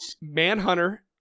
Manhunter